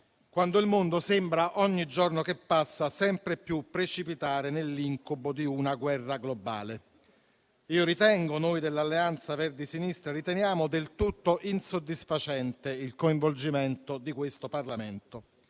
quando il mondo sembra, ogni giorno che passa, sempre più precipitare nell'incubo di una guerra globale. Noi dell'Alleanza Verdi-Sinistra riteniamo del tutto insoddisfacente il coinvolgimento di questo Parlamento.